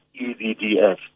EVDS